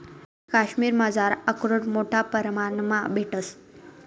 काश्मिरमझार आकरोड मोठा परमाणमा भेटंस